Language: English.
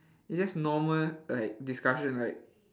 it's just normal like discussion right